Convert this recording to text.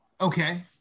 Okay